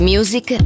Music